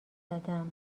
زدم